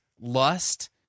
lust